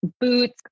boots